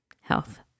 Health